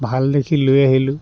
ভাল দেখি লৈ আহিলোঁ